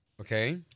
Okay